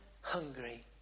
hungry